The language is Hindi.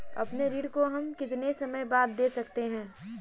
अपने ऋण को हम कितने समय बाद दे सकते हैं?